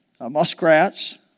muskrats